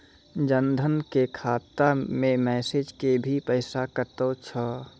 जन धन के खाता मैं मैसेज के भी पैसा कतो छ?